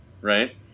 Right